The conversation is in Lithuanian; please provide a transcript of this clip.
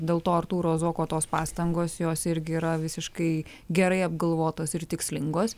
dėl to artūro zuoko tos pastangos jos irgi yra visiškai gerai apgalvotos ir tikslingos